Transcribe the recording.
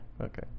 Okay